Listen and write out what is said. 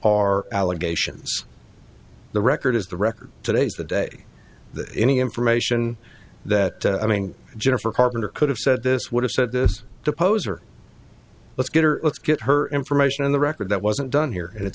are allegations the record is the record today's the day that any information that i mean jennifer carpenter could have said this would have said this depose or let's get or let's get her information on the record that wasn't done here and it's